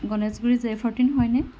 গণেশগুৰিৰ J fourteen হয়নে